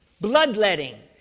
Bloodletting